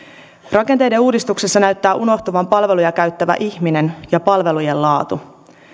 rakenteiden uudistuksessa näyttää unohtuvan palveluja käyttävä ihminen ja palvelujen laatu